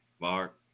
Mark